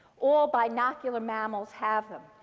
all binocular mammals have them.